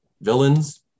villains